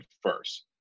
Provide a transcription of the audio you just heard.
first